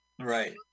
Right